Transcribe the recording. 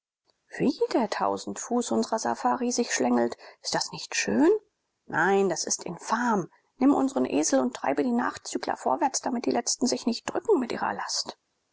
wie der tausendfuß unserer safari sich schlängelt ist das nicht schön nein das ist infam nimm unsren esel und treibe die nachzügler vorwärts damit die letzten sich nicht drücken mit ihrer last